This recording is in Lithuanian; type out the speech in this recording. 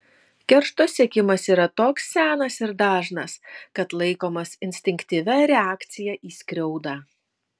keršto siekimas yra toks senas ir dažnas kad laikomas instinktyvia reakcija į skriaudą